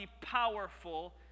powerful